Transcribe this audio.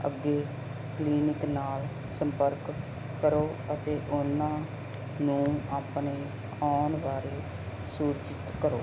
ਅੱਗੇ ਕਲੀਨਿਕ ਨਾਲ ਸੰਪਰਕ ਕਰੋ ਅਤੇ ਉਹਨਾਂ ਨੂੰ ਆਪਣੇ ਆਉਣ ਬਾਰੇ ਸੂਚਿਤ ਕਰੋ